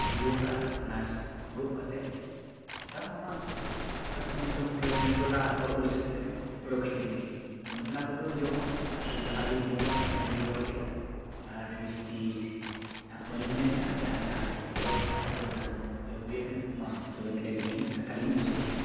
ᱟᱹᱜᱩ ᱟᱠᱟᱫᱼᱟ ᱚᱱᱟ ᱜᱚᱜ ᱠᱟᱛᱮ ᱟᱢ ᱟᱢᱟᱜ ᱟᱛᱳ ᱫᱤᱥᱚᱢ ᱦᱳᱭ ᱢᱟᱱᱮ ᱴᱚᱞᱟ ᱵᱟᱠᱷᱳᱞ ᱥᱮᱫ ᱛᱮᱢ ᱚᱰᱚᱠ ᱦᱮᱡ ᱮᱱ ᱜᱮ ᱟᱫᱚ ᱱᱚᱜᱼᱚ ᱱᱚᱣᱟ ᱠᱚᱫᱚ ᱡᱚᱢ ᱟᱠᱟᱱᱟ ᱟᱫᱚ ᱡᱟᱦᱟᱸ ᱞᱤᱧ ᱡᱚᱢ ᱟᱠᱟᱫᱼᱟ ᱤᱱᱟᱹᱜᱮᱞᱤᱧ ᱨᱚᱲ ᱠᱮᱜᱼᱟ ᱟᱨ ᱡᱟᱹᱥᱛᱤ ᱡᱟᱦᱟᱸ ᱵᱟᱹᱞᱤᱧ ᱢᱮᱱᱮᱜᱼᱟ ᱡᱟᱦᱟᱸ ᱡᱟᱦᱟᱸ ᱞᱤᱧ ᱨᱚᱲ ᱠᱮᱜᱼᱟ ᱟᱫᱚ ᱚᱱᱟ ᱫᱚ ᱡᱚᱢ ᱦᱩᱭ ᱟᱠᱟᱱ ᱜᱮᱭᱟ ᱢᱟ ᱛᱚᱵᱮ ᱱᱮᱰᱮ ᱜᱮᱞᱤᱧ ᱠᱟᱛᱷᱟᱞᱤᱧ ᱢᱩᱪᱟᱹᱫᱮᱜᱼᱟ